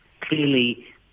clearly